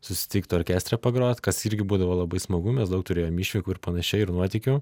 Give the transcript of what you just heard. susitikt orkestre pagrot kas irgi būdavo labai smagu mes daug turėjom išvykų ir panašiai ir nuotykių